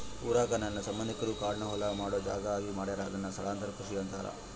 ಊರಾಗ ನನ್ನ ಸಂಬಂಧಿಕರು ಕಾಡ್ನ ಹೊಲ ಮಾಡೊ ಜಾಗ ಆಗಿ ಮಾಡ್ಯಾರ ಅದುನ್ನ ಸ್ಥಳಾಂತರ ಕೃಷಿ ಅಂತಾರ